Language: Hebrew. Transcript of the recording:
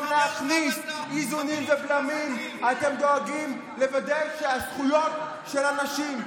להכניס איזונים ובלמים אתם דואגים לוודא שהזכויות של הנשים,